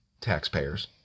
taxpayers